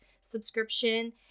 subscription